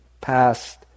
past